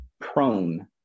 prone